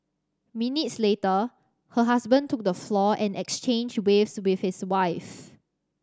minutes later her husband took the floor and exchanged waves with his wife